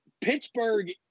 Pittsburgh